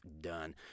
done